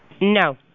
No